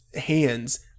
hands